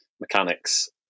mechanics